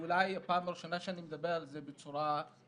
וזו אולי הפעם הראשונה שאני מדבר על זה בצורה פומבית: